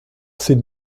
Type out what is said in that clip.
ses